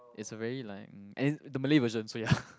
is a very like um and the Malay version so ya